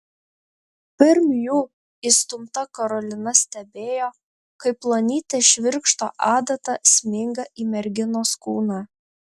pirm jų įstumta karolina stebėjo kaip plonytė švirkšto adata sminga į merginos kūną